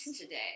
today